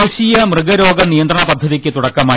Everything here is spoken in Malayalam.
ദേശീയ മൃഗരോഗ നിയന്ത്രണ പദ്ധതിക്ക് തുടക്കമായി